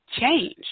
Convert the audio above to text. change